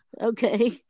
Okay